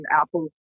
Apple